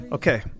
Okay